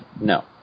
No